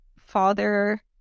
Father